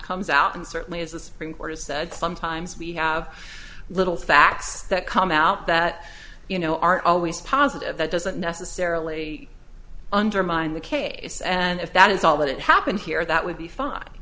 comes out and certainly as a supreme court has said sometimes we have little facts that come out that you know are always positive that doesn't necessarily undermine the case and if that is all that happened here that would be f